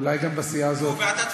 אולי גם בסיעה הזאת מזדהים,